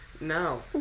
No